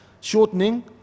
shortening